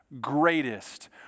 greatest